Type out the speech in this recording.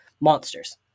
monsters